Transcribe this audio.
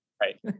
Right